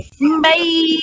bye